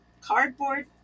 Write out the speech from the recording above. cardboard